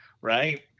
right